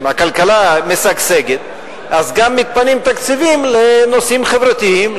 שהכלכלה משגשגת אז גם מתפנים תקציבים לנושאים חברתיים,